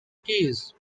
keys